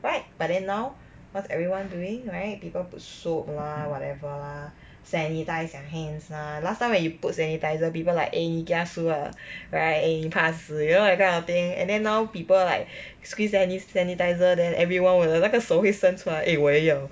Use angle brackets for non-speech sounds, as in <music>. right but then <breath> cause everyone doing right people put soap lah whatever lah <breath> sanitise their hands lah last time when you put sanitiser people like eh 你 kiasu ah <breath> right eh 你怕死 you know that kind of thing and then now people like <breath> squeeze any sanitiser then everyone will like 那个手会伸出来 eh 我也要